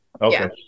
Okay